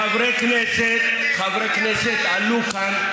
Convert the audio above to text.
חברי כנסת עלו לכאן,